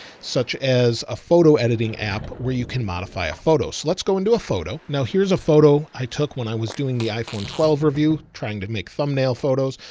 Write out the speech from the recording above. such as a photo editing app where you can modify a photo. so let's go into a photo. now here's a photo i took when i was doing the iphone twelve review, trying to make thumbnail photos.